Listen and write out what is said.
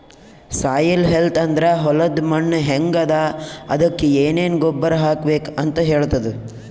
soil health ಅಂದ್ರ ಹೊಲದ್ ಮಣ್ಣ್ ಹೆಂಗ್ ಅದಾ ಅದಕ್ಕ್ ಏನೆನ್ ಗೊಬ್ಬರ್ ಹಾಕ್ಬೇಕ್ ಅಂತ್ ಹೇಳ್ತದ್